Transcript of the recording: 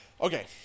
okay